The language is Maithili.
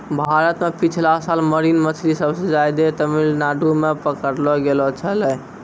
भारत मॅ पिछला साल मरीन मछली सबसे ज्यादे तमिलनाडू मॅ पकड़लो गेलो छेलै